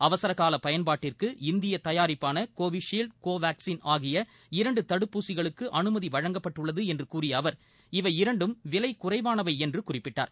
அவசரகால பயன்பாட்டிற்கு இந்திய தயாரிப்பாள கோவிஷீல்டு கோவாக்ஸீன் ஆகிய இரன்டு தடுப்பூசிகளுக்கு அனுமதி வழங்கப்பட்டுள்ளது என்று கூறிய அவர் இவை இரண்டும் விலை குறைவானவை என்று குறிப்பிட்டார்